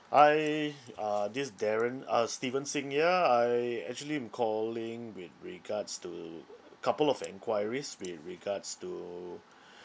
hi uh this is darren uh steven singh here I actually I'm calling with regards to couple of enquiries with regards to